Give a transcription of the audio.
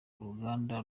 uruganda